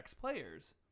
players